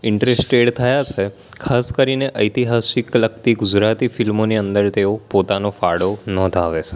interested થયા છે ખાસ કરીને ઐતિહાસિક લગતી ગુજરાતી ફિલ્મોની અંદર તેઓ પોતાનો ફાળો નોંધાવે છે